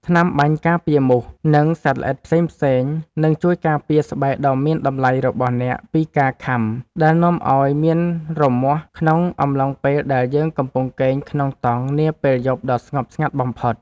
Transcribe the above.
ថ្នាំបាញ់ការពារមូស និង សត្វល្អិតផ្សេងៗនឹងជួយការពារស្បែកដ៏មានតម្លៃរបស់អ្នកពីការខាំដែលនាំឱ្យមានរមាស់ក្នុងអំឡុងពេលដែលយើងកំពុងគេងក្នុងតង់នាពេលយប់ដ៏ស្ងប់ស្ងាត់បំផុត។